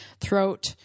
throat